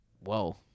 Whoa